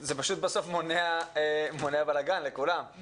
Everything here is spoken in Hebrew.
זה פשוט בסוף מונע בלגן לכולם,